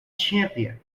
champion